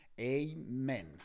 amen